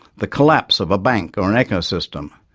the collapse of a bank or an ecosystem,